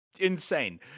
insane